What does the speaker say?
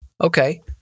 okay